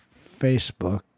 Facebook